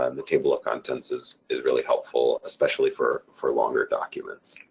um the table of contents is is really helpful especially for for longer documents.